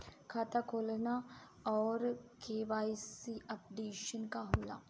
खाता खोलना और के.वाइ.सी अपडेशन का होला?